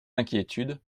inquiétudes